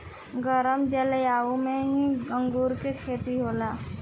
गरम जलवायु में ही अंगूर के खेती होला